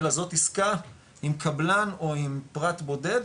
אלא זאת עיסקה עם קבלן או עם פרט בודד